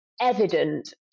evident